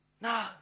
No